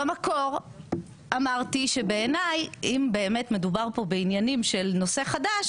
במקור אמרתי שבעיניי אם באמת מדובר כאן בעניינים של נושא חדש,